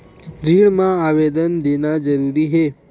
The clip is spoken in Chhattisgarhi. ऋण मा आवेदन देना जरूरी हे?